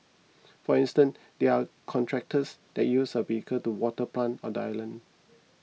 for instance there are contractors that use a vehicle to water plant on the island